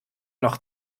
noch